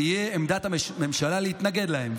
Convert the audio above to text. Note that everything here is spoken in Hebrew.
תהיה עמדת הממשלה להתנגד להן.